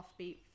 offbeat